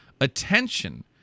Attention